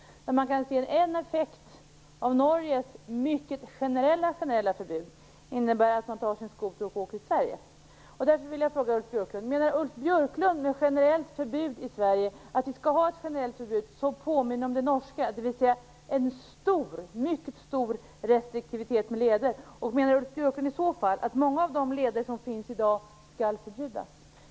Där kan man se att en effekt av Norges mycket generella förbud är att man tar sin skoter och åker till Sverige. Därför vill jag fråga Ulf Björklund om han med generellt förbud i Sverige menar att vi skall ha ett generellt förbud som påminner om det norska, dvs. en mycket stor restriktivitet med leder. Menar Ulf Björklund i så fall att många av de leder som finns i dag skall förbjudas? Fru talman!